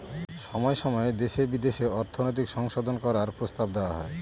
সময় সময় দেশে বিদেশে অর্থনৈতিক সংশোধন করার প্রস্তাব দেওয়া হয়